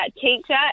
teacher